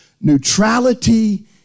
Neutrality